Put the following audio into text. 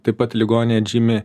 taip pat ligoninė atžymi